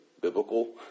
biblical